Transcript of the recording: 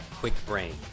QuickBrain